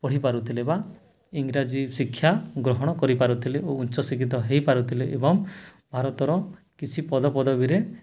ପଢ଼ିପାରୁ ଥିଲେ ବା ଇଂରାଜୀ ଶିକ୍ଷା ଗ୍ରହଣ କରିପାରୁଥିଲେ ଓ ଉଚ୍ଚ ଶିକ୍ଷିତ ହେଇପାରୁଥିଲେ ଏବଂ ଭାରତର କିଛି ପଦପଦବୀରେ